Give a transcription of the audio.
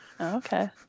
okay